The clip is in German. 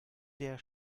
der